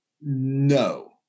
No